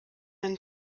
einen